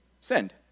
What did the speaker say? Send